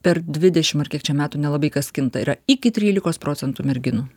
per dvidešim ar kiek čia metų nelabai kas kinta yra iki trylikos procentų merginų